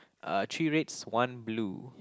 uh three reds one blue